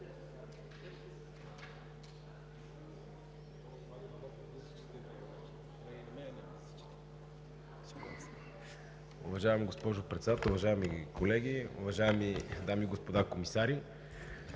Уважаема госпожо Председател, уважаеми колеги, уважаеми дами и господа комисари!